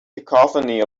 cacophony